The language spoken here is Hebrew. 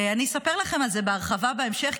אני אספר לכם על זה בהרחבה בהמשך,